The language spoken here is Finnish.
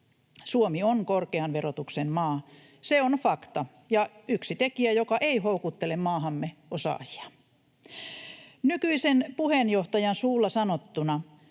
Suomi on korkean verotuksen maa, se on fakta ja yksi tekijä, joka ei houkuttele maahamme osaajia. Nykyisen puheenjohtajan suulla sanottuna: